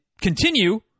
continue